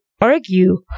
argue